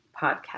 podcast